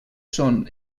són